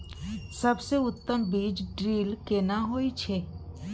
सबसे उत्तम बीज ड्रिल केना होए छै?